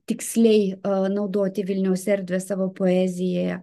tiksliai a naudoti vilniaus erdvę savo poezijoje